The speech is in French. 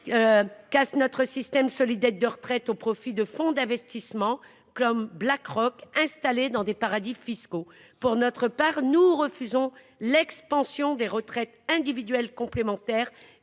Cassent notre système solidaire de retraite au profit de fonds d'investissements comme BlackRock installées dans des paradis fiscaux. Pour notre part nous refusons l'expansion des retraites individuelle complémentaire